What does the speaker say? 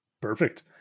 Perfect